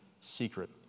secret